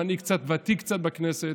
ואני קצת ותיק בכנסת,